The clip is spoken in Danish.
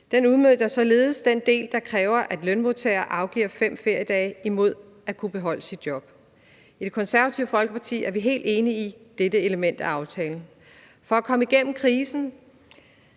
Den udmønter således den del, der kræver, at lønmodtagere afgiver 5 feriedage imod at kunne beholde deres job. I Det Konservative Folkeparti er vi helt enige i dette element af aftalen. For at komme igennem krisen